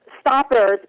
stoppers